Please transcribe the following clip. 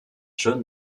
john